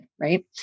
Right